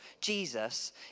Jesus